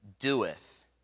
doeth